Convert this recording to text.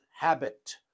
habit